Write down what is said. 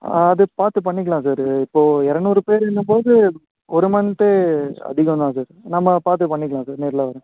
அது பார்த்து பண்ணிக்கலாம் சார் இப்போது இரநூறு பேருங்கும் போது ஒரு மந்த்து அதிகம் தான் சார் நம்ம பார்த்து பண்ணிக்கலாம் சார் நேரில் வர்றேன்